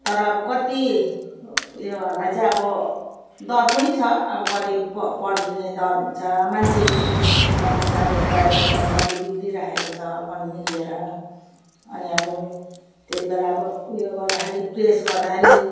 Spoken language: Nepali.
तर अब कत्ति उयोहरूलाई चाहिँ अब डर पनि छ अब कति प पड्किने डर हुन्छ मान्छे बिग्रिने डर हुन्छ अब प्रायःजस्तो अब कति बिग्रिरहेको छ फोन निक्लेर अनि अब त्यति बेला अब उयो गर्दाखेरि प्रेस गर्दाखेरि